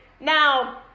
Now